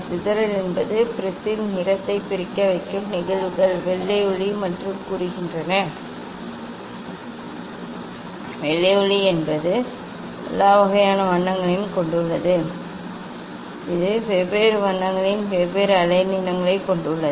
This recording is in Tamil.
சிதறல் என்பது ப்ரிஸில் நிறத்தை பிரிக்க வைக்கும் நிகழ்வுகள் வெள்ளை ஒளி என்று கூறுகின்றன வெள்ளை ஒளி என்பது எல்லா வகையான வண்ணங்களையும் கொண்டுள்ளது இது வெவ்வேறு வண்ணங்களின் வெவ்வேறு அலைநீளங்களைக் கொண்டுள்ளது